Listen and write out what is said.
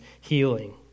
healing